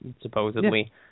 supposedly